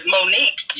Monique